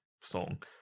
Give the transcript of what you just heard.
song